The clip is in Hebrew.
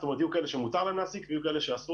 זאת אומרת יהיו כאלה שמותר להם להעסיק ויהיו כאלה שאסור